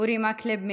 אורי מקלב,